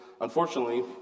Unfortunately